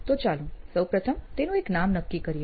તો ચાલો સૌપ્રથમ તેનું એક નામ નક્કી કરીએ